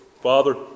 Father